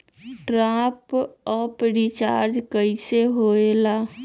Top up recharge कइसे होएला?